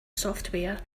software